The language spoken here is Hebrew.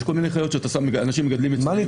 מה?